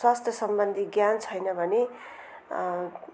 स्वास्थ्यसम्बन्धी ज्ञान छैन भने